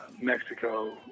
Mexico